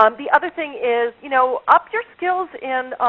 um the other thing is you know up your skills in